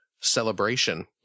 celebration